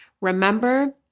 Remember